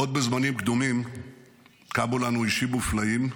עוד בזמנים קדומים קמו לנו אישים מופלאים,